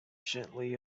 gently